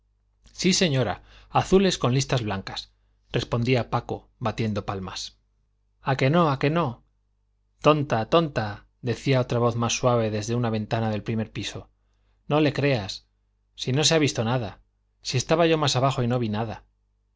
sí señora azules con listas blancas respondía paco batiendo palmas a que no a que no tonta tonta decía otra voz más suave desde una ventana del primer piso no le creas si no se ha visto nada si estaba yo más abajo y no vi nada